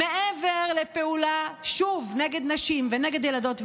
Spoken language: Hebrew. מעבר לפעולה שוב נגד נשים ונגד ילדות וילדים,